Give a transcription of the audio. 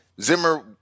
Zimmer